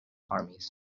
armies